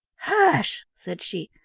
hush! said she.